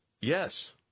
Yes